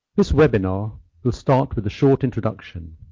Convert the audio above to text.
this webinar will start with a short introduction,